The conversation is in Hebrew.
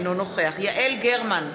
אינו נוכח יעל גרמן,